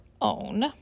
own